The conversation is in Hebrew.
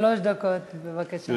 שלוש דקות, בבקשה.